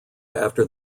after